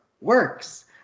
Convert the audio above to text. works